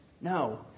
No